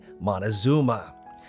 Montezuma